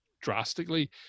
drastically